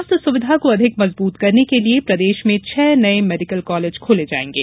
स्वास्थ्य सुविघा को अधिक मजबूत करने के लिए प्रदेश में छह नए मेडिकल कॉलेज खोले जाएंगे